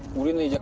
really?